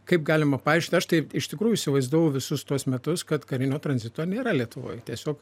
kaip galima paaiškint aš tai iš tikrųjų įsivaizdavau visus tuos metus kad karinio tranzito nėra lietuvoj tiesiog